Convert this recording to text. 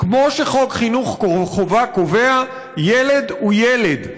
כמו שחוק חינוך חובה קובע, ילד הוא ילד.